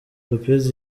lopez